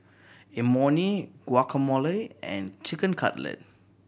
Imoni Guacamole and Chicken Cutlet